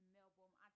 Melbourne